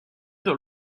dans